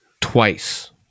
twice